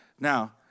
Now